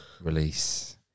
release